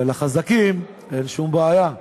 ולחזקים אין שום בעיה.